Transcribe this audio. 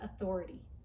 authority